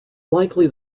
likely